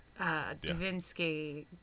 Davinsky